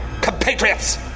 compatriots